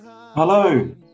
hello